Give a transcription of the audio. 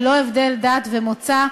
ללא הבדל דת ומוצא,